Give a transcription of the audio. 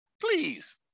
Please